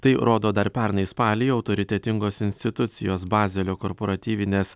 tai rodo dar pernai spalį autoritetingos institucijos bazelio korporatyvinės